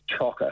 chocker